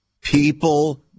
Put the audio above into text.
People